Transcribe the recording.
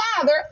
father